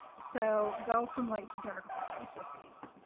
so go from light to dark always with these.